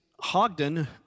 Hogden